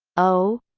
o